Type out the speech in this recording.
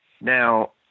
Now